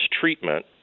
treatment